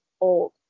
old